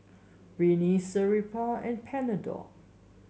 Rene Sterimar and Panadol